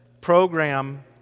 program